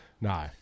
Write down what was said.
No